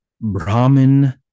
Brahmin